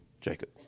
Jacob